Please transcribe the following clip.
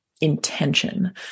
intention